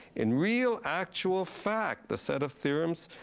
in real actual fact, the set of theorems,